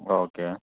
okay